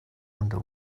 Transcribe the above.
under